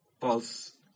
pulse